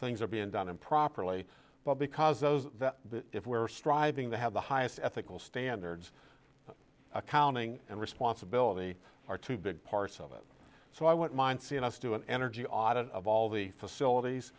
things are being done improperly but because those that if we're striving to have the highest ethical standards accounting and responsibility are two big parts of it so i won't mind seeing us do an energy audit of all the facilities